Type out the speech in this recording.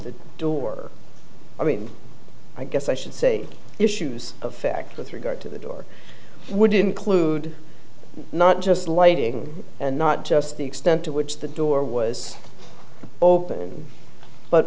work i mean i guess i should say issues affect with regard to the door would include not just lighting and not just the extent to which the door was open but